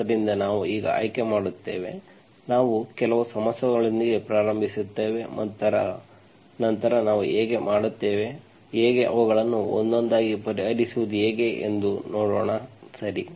ಆದ್ದರಿಂದ ನಾವು ಈಗ ಆಯ್ಕೆ ಮಾಡುತ್ತೇವೆ ನಾವು ಕೆಲವು ಸಮಸ್ಯೆಗಳೊಂದಿಗೆ ಪ್ರಾರಂಭಿಸುತ್ತೇವೆ ಮತ್ತು ನಂತರ ನಾವು ಹೇಗೆ ಮಾಡುತ್ತೇವೆ ಹೇಗೆ ಅವುಗಳನ್ನು ಒಂದೊಂದಾಗಿ ಪರಿಹರಿಸುವುದು ಹೇಗೆ ಎಂದು ನೋಡೋಣ ಸರಿ